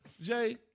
jay